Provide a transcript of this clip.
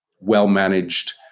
well-managed